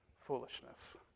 foolishness